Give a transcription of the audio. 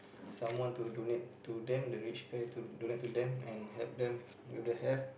someone to donate to them the rich guy to donate to them and help them with their health